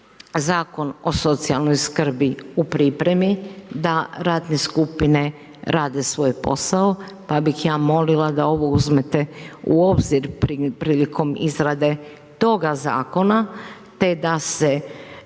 Zakon o socijalnoj skrbi u pripremi, da radne skupine rade svoj posao, pa bih ja molila da ovo uzmete u obzirom prilikom izrade toga zakona te da se